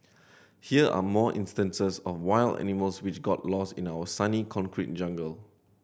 here are more instances of wild animals which got lost in our sunny concrete jungle